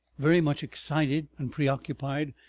very much excited and preoccupied.